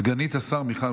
סגנית השר תשיב.